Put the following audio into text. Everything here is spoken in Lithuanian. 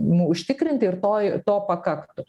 nu užtikrinti ir toj to pakaktų